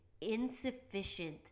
insufficient